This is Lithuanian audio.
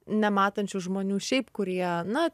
nematančių žmonių šiaip kurie na